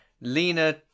Lena